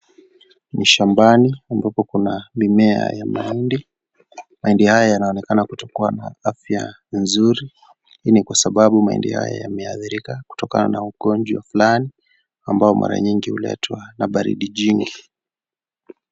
Ni shambani ambapo kuna mimea ya mahindi, mahindi haya yanaonekana kutokua na afya nzuri hii ni kwa sababu mahindi haya yameadhirika kutokana na ugonjwa fulani ambao mara nyingi huletwa na baridi jingi.